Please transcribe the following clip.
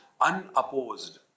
unopposed